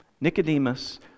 Nicodemus